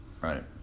Right